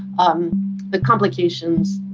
um the complications,